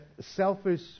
selfish